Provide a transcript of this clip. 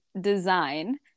design